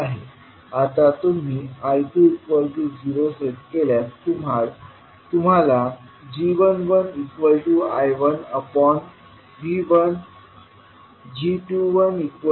आता तुम्ही I2 0 set केल्यास तुम्हाला g11I1V1g21V2V1 मिळेल